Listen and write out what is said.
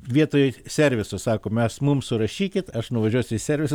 vietoj serviso sako mes mums surašykit aš nuvažiuosiu į servisą